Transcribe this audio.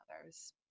others